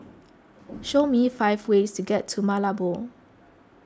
show me five ways to get to Malabo